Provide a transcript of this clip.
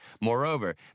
Moreover